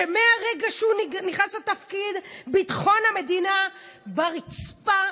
שמהרגע שהוא נכנס לתפקיד, ביטחון המדינה ברצפה?